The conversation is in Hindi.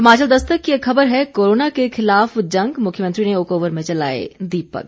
हिमाचल दस्तक की एक ख़बर है कोरोना के खिलाफ जंग मुख्यमंत्री ने ओकओवर में जलाए दीपक